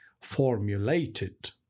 formulated